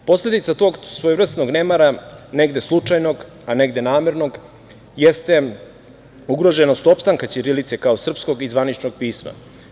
Posledica tog svojevrsnog nemara, negde slučajnog, a negde namernog, jeste ugroženost opstanka ćirilice kao srpskog i zvaničnog pisma.